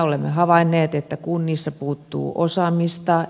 olemme havainneet että kunnissa puuttuu osaamista